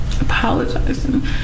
apologizing